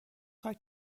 خاک